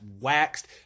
waxed